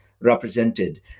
represented